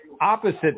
opposite